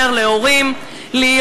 כולנו צריכים לאפשר להורים להיות